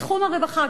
בתחום הרווחה,